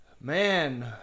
Man